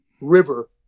river